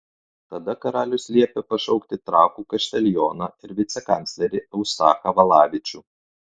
tada karalius liepė pašaukti trakų kaštelioną ir vicekanclerį eustachą valavičių